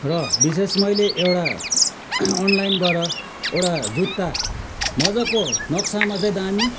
र विशेष मैले एउटा अनलाइनबाट एउटा जुत्ता मजाको नक्सामा चाहिँ दामी